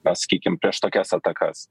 na sakykim prieš tokias atakas